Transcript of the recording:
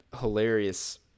hilarious